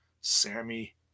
Sammy